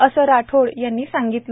असे राठोड यांनी सांगितले